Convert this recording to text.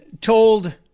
told